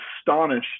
astonished